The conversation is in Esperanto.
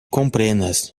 komprenas